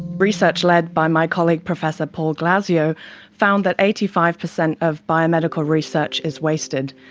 research led by my colleague professor paul glasziou found that eighty five percent of biomedical research is wasted.